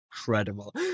incredible